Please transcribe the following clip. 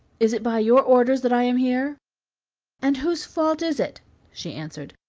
is it by your orders that i am here and whose fault is it she answered,